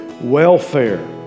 welfare